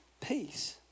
peace